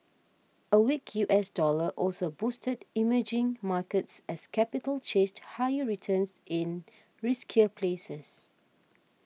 a weak U S dollar also boosted emerging markets as capital chased higher returns in riskier places